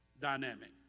dynamic